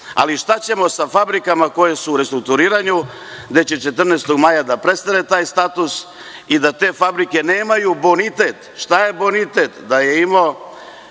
ćemo sa fabrikama koje su u restrukturiranju jer će 14. maja da prestane taj status i te fabrike nemaju bonitet. Šta je bonitet? Da su imale